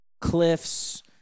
Cliff's